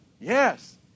Yes